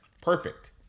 perfect